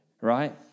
right